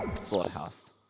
slaughterhouse